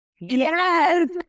Yes